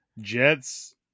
Jets